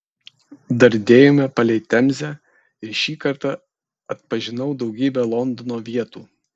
dardėjome palei temzę ir šį kartą atpažinau daugybę londono vietų